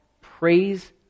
Praise